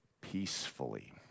peacefully